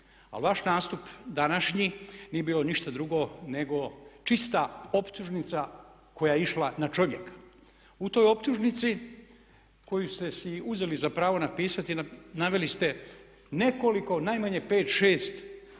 Ali vaš nastup današnji nije bio ništa drugo nego čista optužnica koja je išla na čovjeka. U toj optužnici koju ste si uzeli za pravo napisati naveli ste nekoliko, najmanje pet,